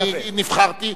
אני נבחרתי,